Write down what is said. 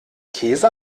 käse